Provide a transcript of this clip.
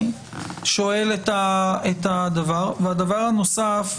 דבר נוסף,